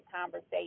conversation